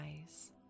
eyes